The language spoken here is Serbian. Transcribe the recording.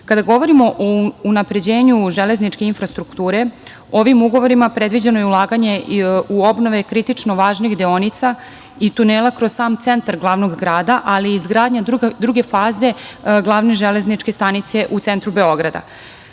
govorimo o unapređenju železničke infrastrukture, ovim ugovorima predviđeno je ulaganje u obnove kritično važnih deonica i tunela kroz sam centar glavnog grada, ali i izgradnja druge faze glavne železničke stanice u centru Beograda. Takođe,